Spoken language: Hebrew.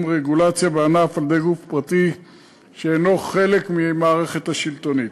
רגולציה בענף על-ידי גוף פרטי שאינו חלק מהמערכת השלטונית.